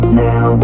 now